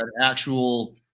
actual